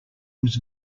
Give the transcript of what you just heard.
was